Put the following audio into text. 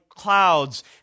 Clouds